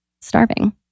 starving